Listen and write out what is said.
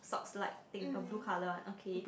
socks like thing a blue colour one okay